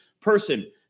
person